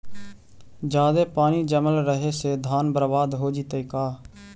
जादे पानी जमल रहे से धान बर्बाद हो जितै का?